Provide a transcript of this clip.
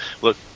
look